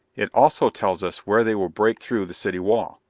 it also tells us where they will break through the city wall.